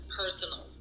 personal